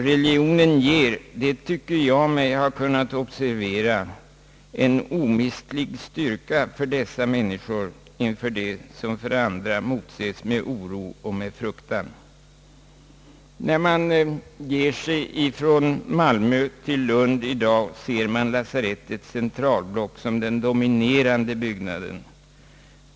Religionen ger, det tycker jag mig ha kunnat observera, en omistlig styrka för dessa människor inför det som för andra motses med oro och fruktan. När man ger sig från Malmö till Lund i dag, ser man lasarettets centralblock som den dominerande byggnaden.